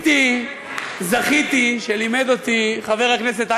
שאין לנו חברים,